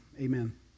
amen